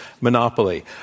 monopoly